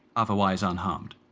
otherwise unharmed.